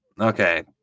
Okay